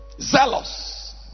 Zealous